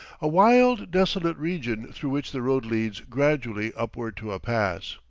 a wild, desolate region through which the road leads gradually upward to a pass.